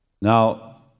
Now